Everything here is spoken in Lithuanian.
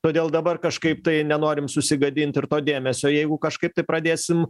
todėl dabar kažkaip tai nenorim susigadint ir to dėmesio jeigu kažkaip tai pradėsim